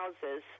houses